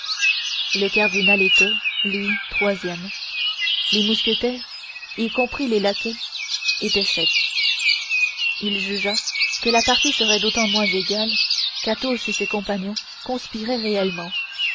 le cardinal était lui troisième les mousquetaires y compris les laquais étaient sept il jugea que la partie serait d'autant moins égale qu'athos et ses compagnons conspiraient réellement